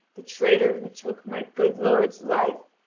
the traitor who took my good lord's life?